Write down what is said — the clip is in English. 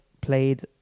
played